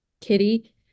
Kitty